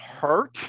hurt